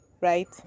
right